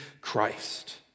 Christ